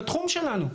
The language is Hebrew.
חוששים לתחום שלנו.